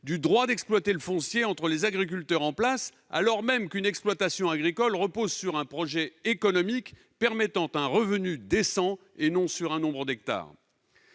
du droit d'exploiter le foncier entre les agriculteurs en place, alors même qu'une exploitation agricole repose sur un projet économique permettant de dégager un revenu décent, et non sur un nombre d'hectares